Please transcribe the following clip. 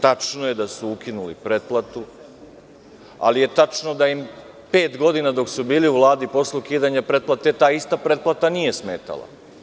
Tačno je da su ukinuli pretplatu, ali je tačno da im je pet godina dok su bili u Vladi posle ukidanja pretplate ta ista pretplata nije smetala.